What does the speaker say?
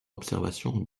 observation